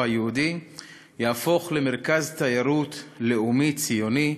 היהודי יהפוך למרכז תיירות לאומי-ציוני,